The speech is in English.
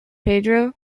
pedro